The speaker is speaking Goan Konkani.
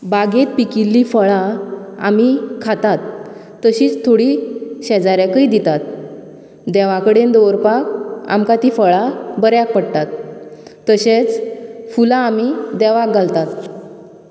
बागेंत पिकिल्ली फळां आमी खातात तशींच थोडी शेजाऱ्याकय दितात देवा कडेन दवरपाक आमकां ती फळां बऱ्याक पडटात तशेंच फुलां आमी देवाक घालतात